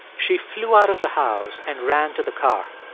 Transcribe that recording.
she flew out of the house and ran to the car.